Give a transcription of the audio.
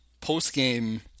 post-game